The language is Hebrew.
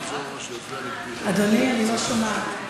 אדוני, אני לא שומעת.